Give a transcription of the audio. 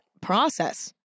process